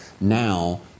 now